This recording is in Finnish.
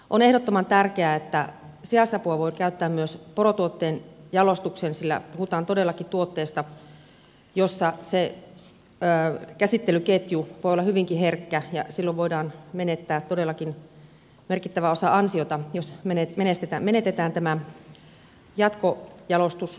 on ehdottoman tärkeää että sijaisapua voi käyttää myös porotuotteen jalostukseen sillä puhutaan todellakin tuotteesta jonka käsittelyketju voi olla hyvinkin herkkä ja voidaan menettää todellakin merkittävä osa ansiota jos menetetään tämä jatkojalostustuote